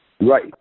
Right